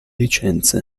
licenze